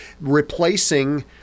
replacing